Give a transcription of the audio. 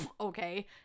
Okay